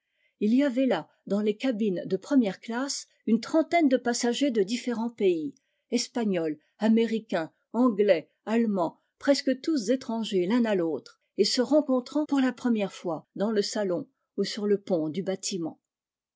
il y avait là dans les cabines de première classe une trentaine de passagers de différents pays espagnols américains anglais allemands presque tous étrangers l'un à l'autre et se rencontrant pour la première fois dans le salon ou sur le pont du bâtiment